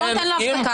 אתה לא נותן לו הפסקה.